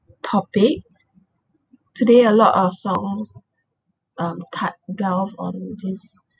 topic today a lot of songs um cut down on this